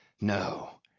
No